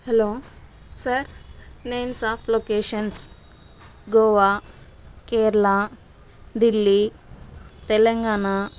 hello sir names of locations Goa Kerala Delhi Telangana